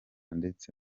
ndetse